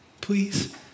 Please